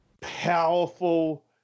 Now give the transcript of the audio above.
powerful